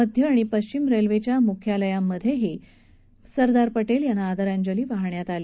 मध्य आणि पश्चिम रेल्वेच्या म्ख्यालयांमधेही सरदार पटेल यांना आदरांजली वाहण्यात आली